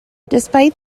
despite